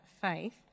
faith